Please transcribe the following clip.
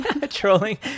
trolling